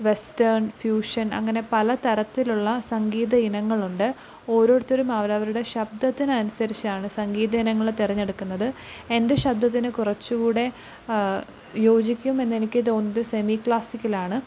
western fusion അങ്ങനെ പല തരത്തിലുള്ള സംഗീതയിനങ്ങളുണ്ട് ഓരോരുത്തരും അവരവരുടെ ശബ്ദത്തിനനുസരിച്ചാണ് സംഗീതയിനങ്ങൾ തിരഞ്ഞെടുക്കുന്നത് എന്റെ ശബ്ദത്തിന് കുറച്ചും കൂടി യോജിക്കുമെന്നെനിക്കു തോന്നുന്നത് സെമീ ക്ലാസ്സിക്കലാണ്